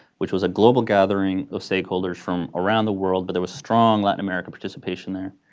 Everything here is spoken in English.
which was a global gathering of stakeholders from around the world but there was strong latin american participation there,